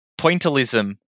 pointillism